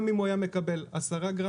גם אם הוא היה מקבל 10 גרם,